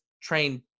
train